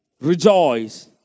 rejoice